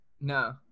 no